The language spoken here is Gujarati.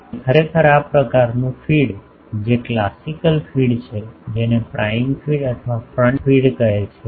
તેથી ખરેખર આ પ્રકારનું ફીડ જે ક્લાસિકલ ફીડ છે જેને પ્રાઇમ ફીડ અથવા ફ્રન્ટ ફીડ કહે છે